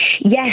Yes